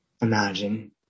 imagine